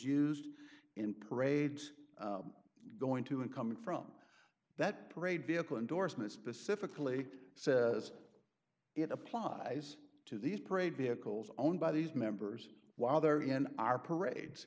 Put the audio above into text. used in parades going to and coming from that parade vehicle endorsement specifically says it applies to these parade vehicles owned by these members while they're in our parades